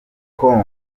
com